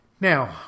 Now